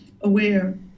aware